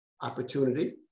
opportunity